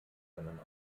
können